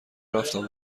رفتم